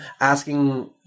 asking